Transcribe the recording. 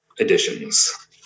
editions